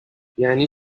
یعنی